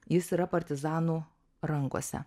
jis yra partizanų rankose